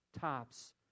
tops